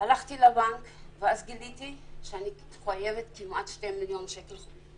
הלכתי לבנק ואז גיליתי שאני חייבת כמעט 2 מיליון שקל.